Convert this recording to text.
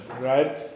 right